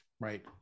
right